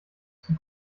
zum